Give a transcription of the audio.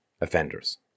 offenders